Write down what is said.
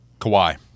Kawhi